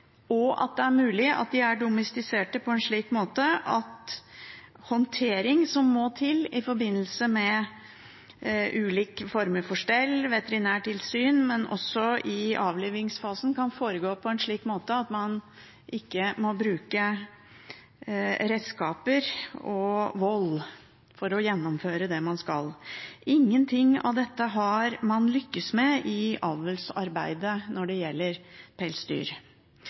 og på en slik måte at håndtering som må til i forbindelse med ulike former for stell og veterinærtilsyn, men også i avlivingsfasen, kan foregå uten at man må bruke redskaper og vold for å gjennomføre det man skal. Ingenting av dette har man lyktes med i avlsarbeidet når det gjelder pelsdyr.